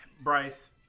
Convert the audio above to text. Bryce